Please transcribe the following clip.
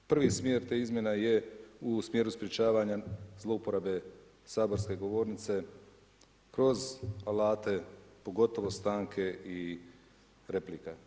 Prvi smjer tih izmjena je u smjeru sprječavanja zlouporabe saborske govornice kroz alate pogotovo stanke i replika.